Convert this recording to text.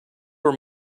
were